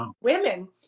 women